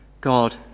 God